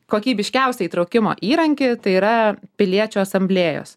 kokybiškiausią įtraukimo įrankį tai yra piliečių asamblėjos